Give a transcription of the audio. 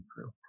true